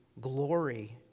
glory